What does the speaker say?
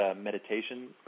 meditation